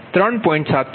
તેથીΔλ118